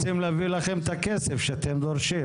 כי רוצים להביא לכם את הכסף שאתם דורשים,